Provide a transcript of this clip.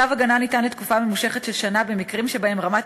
צו הגנה ניתן לתקופת ממושכת של שנה במקרים שבהם רמת